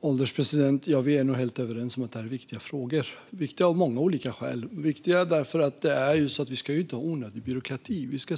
Herr ålderspresident! Vi är helt överens om att det här är viktiga frågor - av flera skäl. Till exempel ska vi inte ha onödig byråkrati, och vi ska